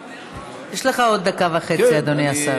יש לך עוד דקה וחצי, אדוני השר.